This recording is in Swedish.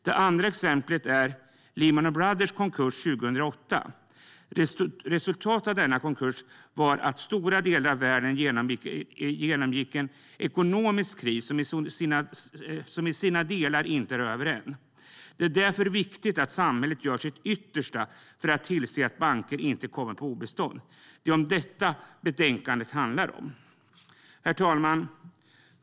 Det andra exemplet är Lehman Brothers konkurs 2008. Resultatet av denna konkurs var att stora delar av världen genomgick en ekonomisk kris som i sina delar inte är över än. Det är därför viktigt att samhället gör sitt yttersta för att tillse att banker inte kommer på obestånd. Det är detta betänkandet handlar om. Herr talman!